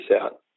out